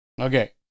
Okay